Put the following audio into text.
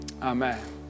Amen